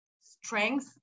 strength